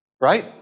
Right